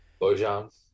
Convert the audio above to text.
Bojan